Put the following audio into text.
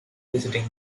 visiting